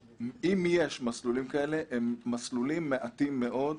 שאם יש מסלולים שלוקחים מעל שעה וחצי אלה מסלולים מעטים מאוד.